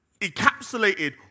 encapsulated